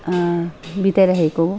बिताइरहेको